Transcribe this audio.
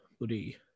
buddy